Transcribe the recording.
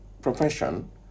Profession